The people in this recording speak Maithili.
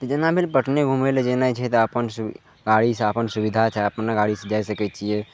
जेना भेल पटने घुमय लए जेनाय छै तऽ आपन गाड़ीसँ आपन सुविधासँ अपनो गाड़ीसँ जाइ सकय छियै